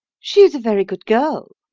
she is a very good girl,